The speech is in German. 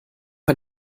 ein